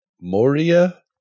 Moria